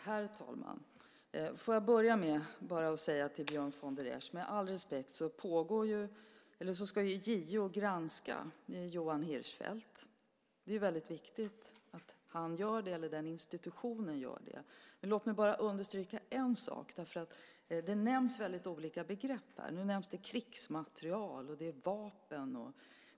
Herr talman! Får jag börja med att med all respekt säga följande till Björn von der Esch. JO ska granska Johan Hirschfeldt. Det är väldigt viktigt att den institutionen gör det. Men låt mig bara understryka en sak. Väldigt olika begrepp nämns här. Nu nämns krigsmateriel och vapen.